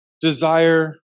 desire